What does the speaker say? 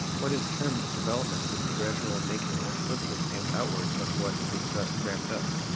what is termed development is the gradual making explicit and outward of what is thus wrapped up.